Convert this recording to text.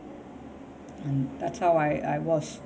mm that's how I I was